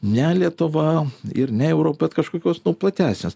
ne lietuva ir ne euro bet kažkokios platesnės